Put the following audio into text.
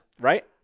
Right